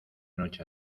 noche